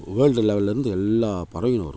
world லெவல்லிருந்து எல்லா பறவைகளும் வரும்